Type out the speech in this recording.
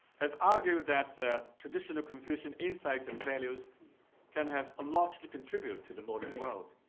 have argued that traditional confucian insights and values can have a lot to contribute to the modern world.